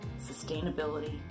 sustainability